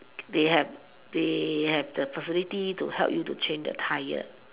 they have they have the facilities to help you change the tyre